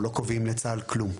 אנחנו לא קובעים לצה"ל כלום.